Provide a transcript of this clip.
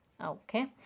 okay